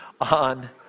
on